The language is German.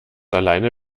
alleine